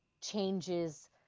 changes